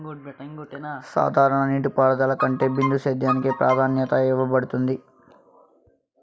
సాధారణ నీటిపారుదల కంటే బిందు సేద్యానికి ప్రాధాన్యత ఇవ్వబడుతుంది